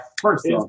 first